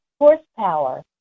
Horsepower